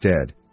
dead